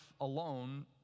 alone